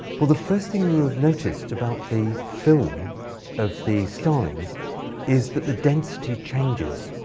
well, the first thing you'll have noticed about the film of the starlings is that the density changes.